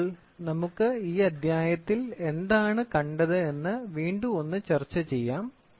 അതിനാൽ നമുക്ക് ഈ അധ്യായത്തിൽ എന്താണ് കണ്ടത് എന്ന് വീണ്ടും ഒന്ന് ചർച്ച ചെയ്യാം